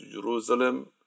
Jerusalem